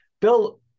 bill